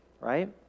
Right